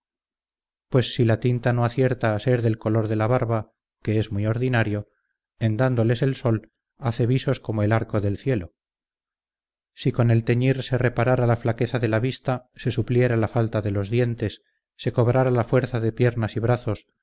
pues si la tinta no acierta a ser del color de la barba que es muy ordinario en dándoles el sol hace visos como el arco del cielo si con el teñir se reparara la flaqueza de la vista se supliera la falta de los dientes se cobrara la fuerza de piernas y brazos